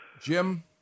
Jim